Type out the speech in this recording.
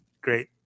great